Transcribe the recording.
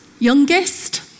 Youngest